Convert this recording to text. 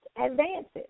advances